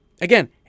Again